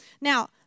Now